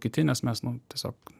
kiti nes mes nu tiesiog